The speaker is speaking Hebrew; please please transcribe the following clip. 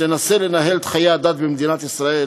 ותנסה לנהל את חיי הדת במדינת ישראל